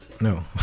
No